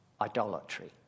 idolatry